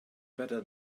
better